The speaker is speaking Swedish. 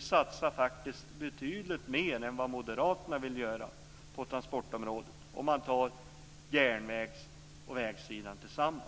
satsar betydligt mer än vad moderaterna vill göra på transportområdet, om man ser till järnvägssidan och vägsidan tillsammans.